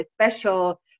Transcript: special